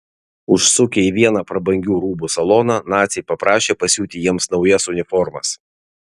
užsukę į vieną prabangių rūbų saloną naciai paprašė pasiūti jiems naujas uniformas